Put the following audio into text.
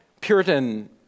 Puritan